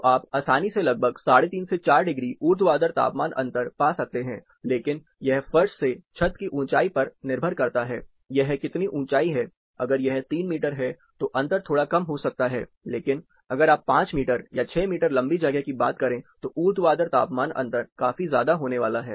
तो आप आसानी से लगभग 35 से 4 डिग्री ऊर्ध्वाधर तापमान अंतर पा सकते हैं लेकिन यह फर्श से छत की ऊंचाई पर निर्भर करता है यह कितनी ऊंचाई है अगर यह 3 मीटर है तो अंतर थोड़ा कम हो सकता है लेकिन अगर आप 5 मीटर या 6 मीटर लंबी जगह की बात कर रहे हैं तो ऊर्ध्वाधर तापमान अंतर काफी ज्यादा होने वाला है